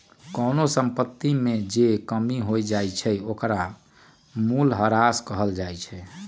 कोनो संपत्ति में जे कमी हो जाई छई ओकरा मूलहरास कहल जाई छई